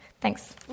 Thanks